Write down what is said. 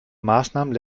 maßnahmen